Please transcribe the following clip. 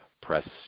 Press